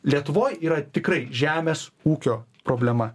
lietuvoj yra tikrai žemės ūkio problema